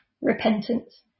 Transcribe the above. repentance